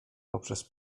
poprzez